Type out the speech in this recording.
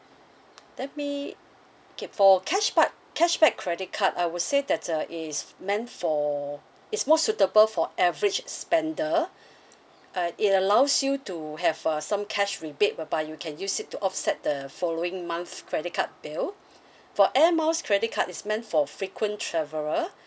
let me okay for cashback cashback credit card I would say that uh is meant for is more suitable for average spender uh it allows you to have err some cash rebate whereby you can use it to offset the following month credit card bill for air miles credit card is meant for frequent traveller